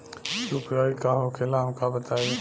UPI का होखेला हमका बताई?